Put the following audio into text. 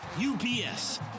UPS